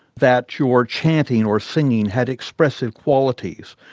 that your chanting or singing had expressive qualities,